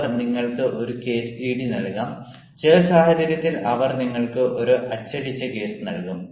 അവർ നിങ്ങൾക്ക് ഒരു case GD നൽകാം ചില സാഹചര്യത്തിൽ അവർ നിങ്ങൾക്ക് ഒരു അച്ചടിച്ച കേസ് നൽകും